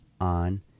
on